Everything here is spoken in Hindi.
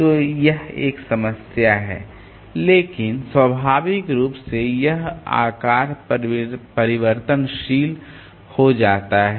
तो यह एक समस्या है लेकिन स्वाभाविक रूप से यह आकार परिवर्तनशील हो जाता है